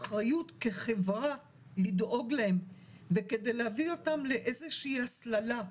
כחברה לדאוג להם וכדי להביא אותם לאיזושהי הסללה,